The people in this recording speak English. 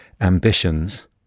ambitions